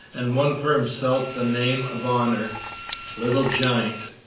and won for himself the name of honour little giant.